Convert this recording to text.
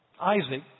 Isaac